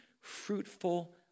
fruitful